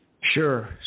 Sure